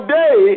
day